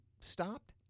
stopped